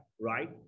right